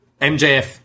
mjf